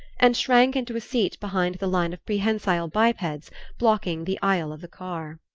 and shrank into a seat behind the line of prehensile bipeds blocking the aisle of the car.